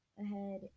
ahead